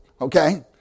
okay